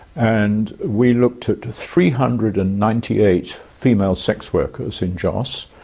and we looked at three hundred and ninety eight female sex workers in jos,